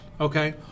okay